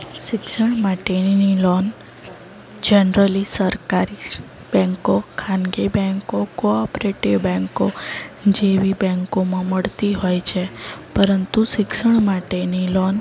શિક્ષણ માટેની loan generally સરકારી બેંકો ખાનગી બેંકો કો ઓપરેટિવ બેંકો જેવી બેંકોમાં મળતી હોય છે પરંતુ શિક્ષણ માટેની લોન